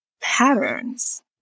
patterns